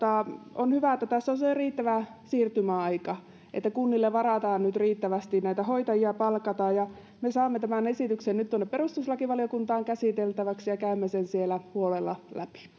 on hyvä että tässä on se riittävä siirtymäaika että kunnille varataan nyt riittävästi aikaa palkata näitä hoitajia me saamme tämän esityksen nyt tuonne perustuslakivaliokuntaan käsiteltäväksi ja käymme sen siellä huolella läpi